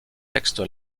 texte